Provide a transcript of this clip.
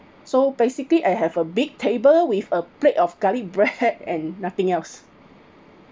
so basically I have a big table with a plate of garlic bread and nothing else